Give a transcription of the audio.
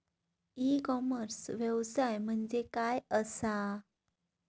E commerce व्यवसाय म्हणजे काय असा?